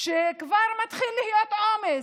מתחיל להיות עומס.